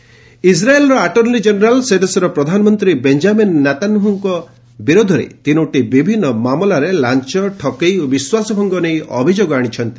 Israel PM Israel attorney general ସେ ଦେଶର ପ୍ରଧାନମନ୍ତ୍ରୀ ବେଞ୍ଜାମିନ୍ ନେତାନ୍ୟାହ୍କ ବିରୋଧରେ ତିନୋଟି ବିଭିନ୍ନ ମାମଲାରେ ଲାଞ୍ଚ ଠକେଇ ଓ ବିଶ୍ୱାସ ଭଙ୍ଗ ନେଇ ଅଭିଯୋଗ ଆଣିଛନ୍ତି